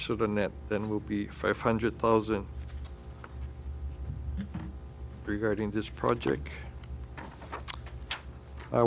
so the net then will be five hundred thousand regarding this project